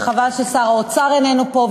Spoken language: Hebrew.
וחבל ששר האוצר איננו פה,